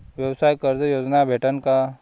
व्यवसाय कर्ज योजना भेटेन का?